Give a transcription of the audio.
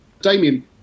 Damien